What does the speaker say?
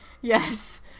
Yes